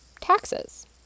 taxes